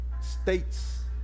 states